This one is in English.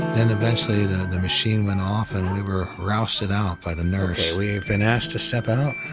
and eventually the machine went off and we were rousted out by the nurse. we've been asked to step out,